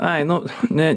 ai nu ne